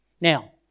Now